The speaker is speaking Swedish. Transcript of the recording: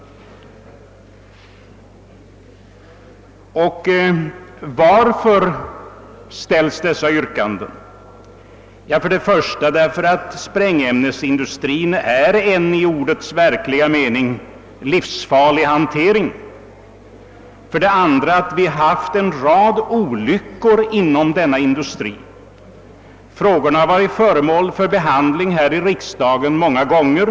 Varför ställs då dessa yrkanden? För det första därför att sprängämnesindustrin är en i ordets verkliga mening livsfarlig hantering. För det andra därför att vi haft en rad olyckor inom denna industri. Dessa frågor har varit föremål för riksdagens behandling många gånger.